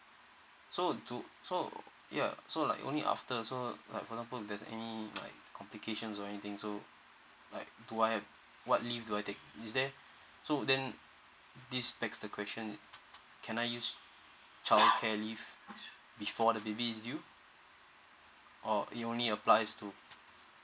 so do so ya so like only after like for example there's any like complications or anything so like do I have what leave do I take is there so then this back the question can I use childcare leave before the baby is due or it only applies to